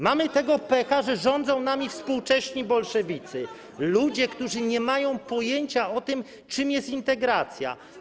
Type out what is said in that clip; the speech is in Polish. Mamy tego pecha, że rządzą nami współcześni bolszewicy, ludzie, którzy nie mają pojęcia o tym, czym jest integracja.